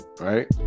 right